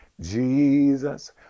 Jesus